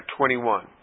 21